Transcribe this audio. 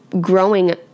growing